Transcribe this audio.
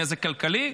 נזק כלכלי,